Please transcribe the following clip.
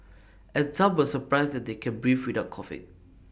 and some were surprised that they can breathe without coughing